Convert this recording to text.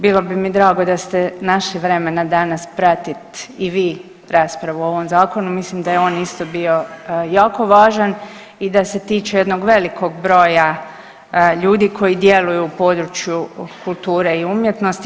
Bilo bi mi drago da ste našli vremena danas pratiti i vi raspravu o ovom Zakonu, mislim da je on isto bio jako važan i da se tiče jednog velikog broja ljudi koji djeluju u području kulture i umjetnosti.